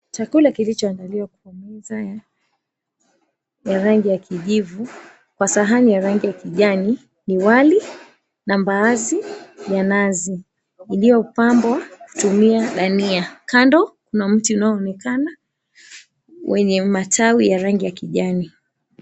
Chakula kilichoandaliwa kwa meza ya rangi ya kijivu na sahani ya rangi ya kijani ni wali na mbaazi ya nazi iliyopambwa kutumia dania kando , kuna mti unaonekana wenye matawi ya rangi ya kijani.